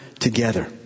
together